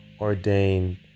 ordained